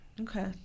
Okay